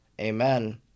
Amen